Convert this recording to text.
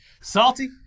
salty